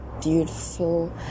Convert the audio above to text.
beautiful